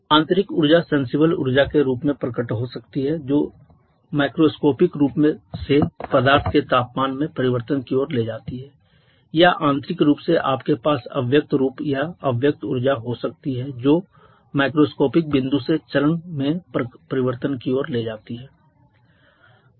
आंतरिक ऊर्जा सेंसिबल ऊर्जा के रूप में प्रकट हो सकती है जो स्थूल रूप से पदार्थ के तापमान में परिवर्तन की ओर ले जाती है या आंतरिक रूप से आपके पास अव्यक्त रूप या अव्यक्त ऊर्जा हो सकती है जो स्थूल बिंदु से चरण में परिवर्तन की ओर ले जाती है